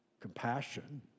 compassion